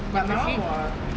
actually